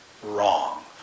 wrong